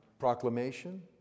Proclamation